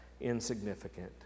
insignificant